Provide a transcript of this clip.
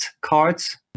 cards